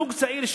זוג צעיר,